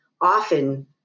often